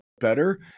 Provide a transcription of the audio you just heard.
better